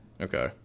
Okay